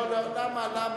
למה?